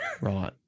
Right